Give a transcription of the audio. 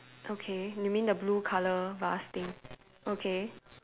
okay you mean the blue colour vase thing okay